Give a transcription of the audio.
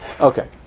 Okay